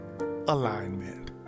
alignment